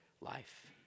life